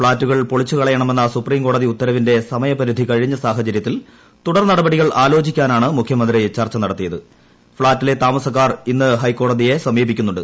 ഫ്ളാറ്റുകൾ പൊളിച്ചുകളയണമെന്ന സുപ്രീം കോടതി ഉത്തരവിന്റെ സമയപരിധി കഴിഞ്ഞ സാഹചര്യത്തിൽ തുടർ നടപടികൾ ആലോപിക്കാനാണ് മുഖ്യമന്തി പർപ്പ നടത്തിയത് ഫ്ളാറ്റിലെ താമസക്കാർ ഇന്ന് ഹൈക്കോടതിയെ സമീപിക്കുന്നുണ്ട്